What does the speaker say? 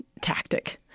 tactic